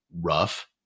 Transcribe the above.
rough